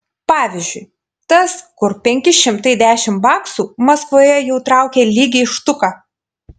pavyzdžiui tas kur penki šimtai dešimt baksų maskvoje jau traukia lygiai štuką